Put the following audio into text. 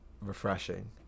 refreshing